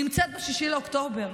נמצאת ב-6 באוקטובר.